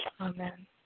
Amen